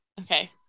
okay